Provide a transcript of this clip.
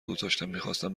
گذاشتم، میخواستم